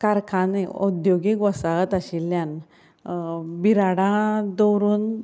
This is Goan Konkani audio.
कारखाने उद्द्योगीक वसाहत आशिल्ल्यान बिराडां दवरून